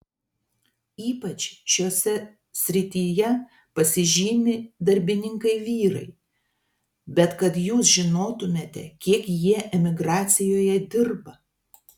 ypač šiose srityje pasižymi darbininkai vyrai bet kad jūs žinotumėte kiek jie emigracijoje dirba